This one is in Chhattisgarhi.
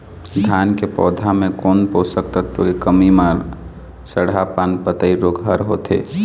धान के पौधा मे कोन पोषक तत्व के कमी म सड़हा पान पतई रोग हर होथे?